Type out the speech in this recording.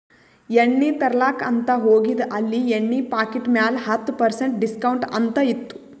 ಎಣ್ಣಿ ತರ್ಲಾಕ್ ಅಂತ್ ಹೋಗಿದ ಅಲ್ಲಿ ಎಣ್ಣಿ ಪಾಕಿಟ್ ಮ್ಯಾಲ ಹತ್ತ್ ಪರ್ಸೆಂಟ್ ಡಿಸ್ಕೌಂಟ್ ಅಂತ್ ಇತ್ತು